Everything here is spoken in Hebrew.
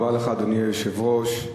אדוני היושב-ראש,